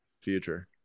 future